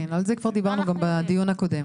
על זה כבר דיברנו גם בדיון הקודם.